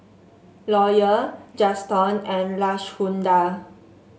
Lawyer Juston and Lashunda